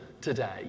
today